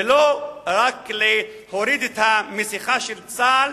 ולא רק להוריד את המסכה של צה"ל